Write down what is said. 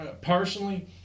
personally